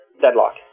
deadlock